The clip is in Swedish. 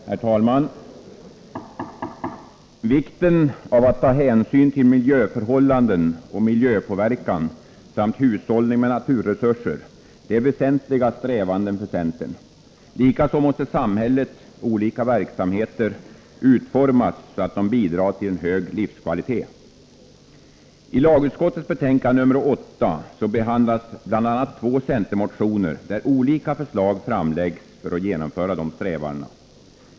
Herr talman! Att ta hänsyn till vikten av miljöförhållanden och miljöpåverkan samt hushållning med naturresurser är väsentliga strävanden för centern. Likaså måste samhällets olika verksamheter utformas så att de bidrar till en hög livskvalitet. I lagutskottets betänkande nr 8 behandlas bl.a. två centermotioner där olika förslag framläggs om att fullfölja dessa strävanden.